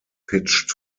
pitched